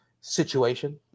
situation